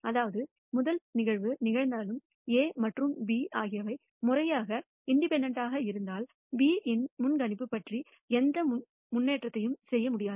அதாவது முதல் நிகழ்வு நிகழ்ந்தாலும் A மற்றும் B ஆகியவை முறையாக இண்டிபெண்டெண்ட்டகா இருந்தால் B இன் முன்கணிப்பு பற்றி எந்த முன்னேற்றத்தையும் செய்ய முடியாது